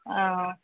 ஆ